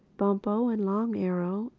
bumpo and long arrow,